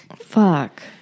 Fuck